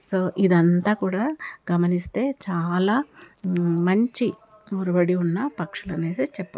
so ఇదంతా కూడా గమనిస్తే చాలా మంచి ఒరవడి ఉన్న పక్షులనేసి చెప్పచ్చు